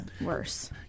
Worse